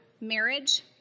marriage